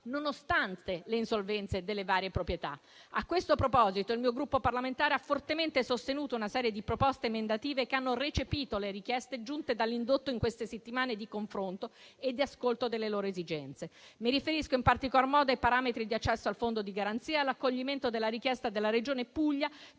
nonostante le insolvenze delle varie proprietà. A questo proposito, il mio Gruppo parlamentare ha fortemente sostenuto una serie di proposte emendative che hanno recepito le richieste giunte dall'indotto in queste settimane di confronto e di ascolto delle loro esigenze. Mi riferisco, in particolar modo, ai parametri di accesso al fondo di garanzia e all'accoglimento della richiesta della Regione Puglia